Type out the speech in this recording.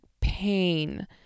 pain